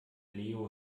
leo